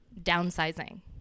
downsizing